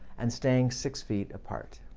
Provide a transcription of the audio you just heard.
and staying six feet part.